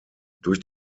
durch